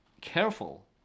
careful